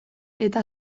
eta